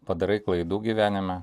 padarai klaidų gyvenime